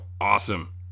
Awesome